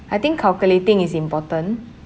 I think calculating is important